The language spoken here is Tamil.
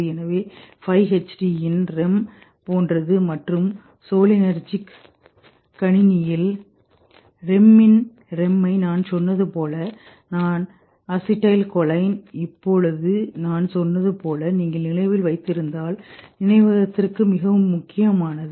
எனவே 5 HT இன் REM போன்றது மற்றும் சோலினெர்ஜிக் கணினியில் REM இன் REM ஐ நான் சொன்னது போல நான் அசிடைல் கோலைன் இப்போது நான் சொன்னது போல் நீங்கள் நினைவில் வைத்திருந்தால் நினைவகத்திற்கு மிகவும் முக்கியமானது